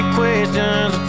questions